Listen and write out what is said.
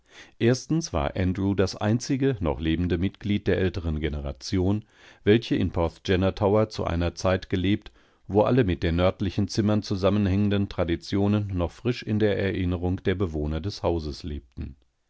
erstens war andrew das einzige noch lebende mitglied der älteren generation welche in porthgenna tower zu einer zeit gelebt wo alle mit den nördlichen zimmern zusammenhängenden traditionen noch frisch in der erinnerung der bewohner des hauses lebten